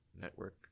network